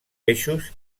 peixos